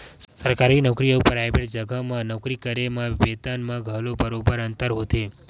सरकारी नउकरी अउ पराइवेट जघा म नौकरी करे म बेतन म घलो बरोबर अंतर होथे